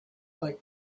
like